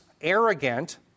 arrogant